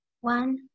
One